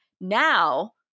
Now –